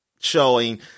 showing